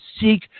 seek